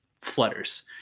flutters